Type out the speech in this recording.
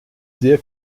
sehr